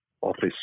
office